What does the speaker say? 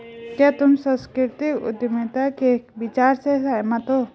क्या तुम सांस्कृतिक उद्यमिता के विचार से सहमत हो?